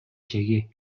чеги